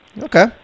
Okay